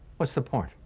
what's the point.